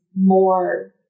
more